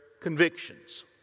convictions